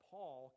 Paul